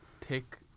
pick